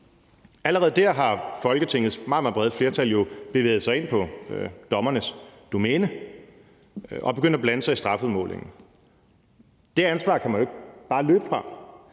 Allerede der har Folketingets meget, meget brede flertal jo bevæget sig ind på dommernes domæne og er begyndt at blande sig i strafudmålingen. Det ansvar kan man jo ikke bare løbe fra.